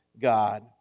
god